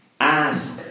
ask